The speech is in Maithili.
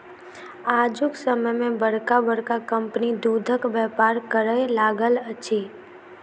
आजुक समय मे बड़का बड़का कम्पनी दूधक व्यापार करय लागल अछि